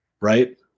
right